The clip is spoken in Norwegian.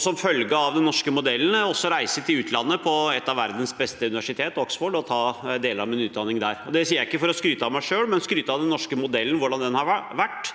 Som følge av den norske modellen kunne jeg også reise til utlandet, til et av verdens beste universiteter, Oxford, og ta deler av min utdanning der. Dette sier jeg ikke for å skryte av meg selv, men for å skryte av den norske modellen, hvordan den har vært,